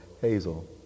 Hazel